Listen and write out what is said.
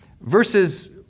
versus